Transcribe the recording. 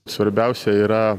svarbiausia yra